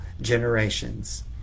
generations